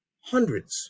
hundreds